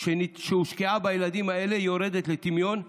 שהושקעה בילדים האלה יורדת לטמיון,